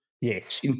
Yes